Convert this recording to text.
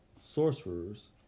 sorcerers